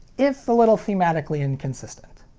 if a little thematically inconsistent.